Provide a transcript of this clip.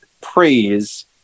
praise